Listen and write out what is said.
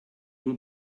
will